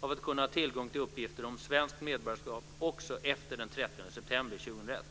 av att kunna ha tillgång till uppgifter om svenskt medborgarskap också efter den 30 september 2001.